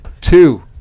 Two